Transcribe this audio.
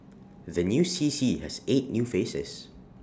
the new C C has eight new faces